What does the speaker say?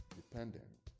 dependent